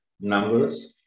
numbers